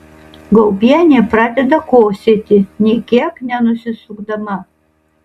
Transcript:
gaubienė pradeda kosėti nė kiek nenusisukdama